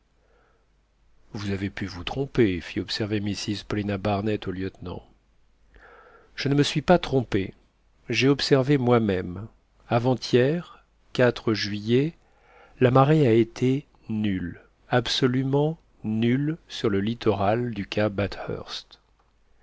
vous avez pu vous tromper fit observer mrs paulina barnett au lieutenant je ne me suis pas trompé j'ai observé moi-même avant-hier juillet la marée a été nulle absolument nulle sur le littoral du cap